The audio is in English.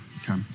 Okay